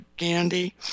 Gandhi